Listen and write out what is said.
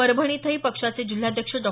परभणी इथंही पक्षाचे जिल्हाध्यक्ष डॉ